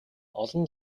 олон